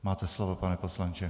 Máte slovo, pane poslanče.